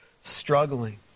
struggling